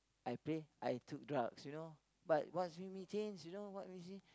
I play I took drugs you know but what's make me change you know what's make me